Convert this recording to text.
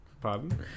Pardon